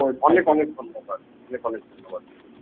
অনেক অনেক ধন্যবাদ অনেক অনেক ধন্যবাদ দিদি